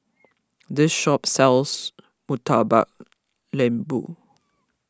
this shop sells Murtabak Lembu